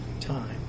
time